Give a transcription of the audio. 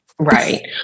Right